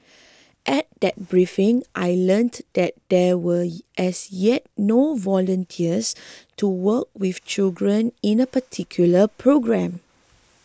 at that briefing I learnt that there were as yet no volunteers to work with children in a particular programme